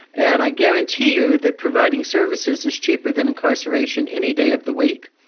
and i guarantee you that providing services is cheaper than incarceration any day of the week.